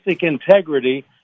integrity